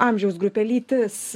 amžiaus grupė lytis